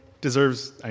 deserves